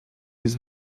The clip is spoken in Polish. jest